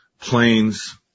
planes